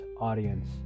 audience